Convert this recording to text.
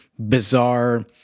Bizarre